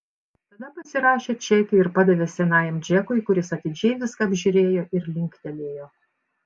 tada pasirašė čekį ir padavė senajam džekui kuris atidžiai viską apžiūrėjo ir linktelėjo